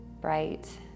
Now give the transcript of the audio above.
bright